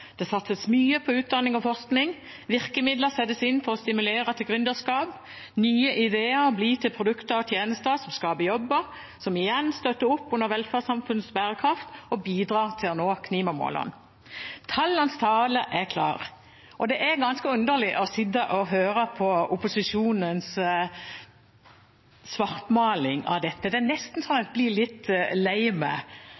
det satses mye på utdanning og forskning, virkemidler settes inn for å stimulere til gründerskap, nye ideer blir til produkter og tjenester som skaper jobber, som igjen støtter opp under velferdssamfunnets bærekraft og bidrar til å nå klimamålene. Tallenes tale er klar. Det er ganske underlig å sitte og høre på opposisjonens svartmaling av dette. Det er nesten